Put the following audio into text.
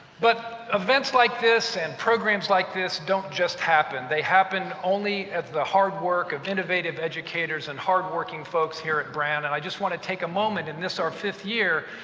but events like this and programs like this don't just happen. they happen only at the hard work of innovative educators and hardworking folks here at brown. and i just want to take a moment in this, our fifth year,